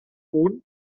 punt